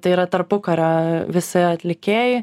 tai yra tarpukario visi atlikėjai